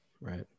Right